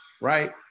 right